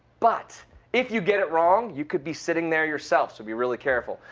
but if you get it wrong, you could be sitting there yourself. so be really careful.